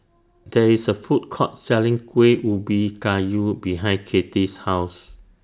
There IS A Food Court Selling Kueh Ubi Kayu behind Kati's House